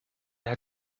had